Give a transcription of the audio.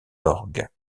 orgue